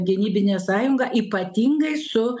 gynybinę sąjungą ypatingai su